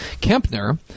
Kempner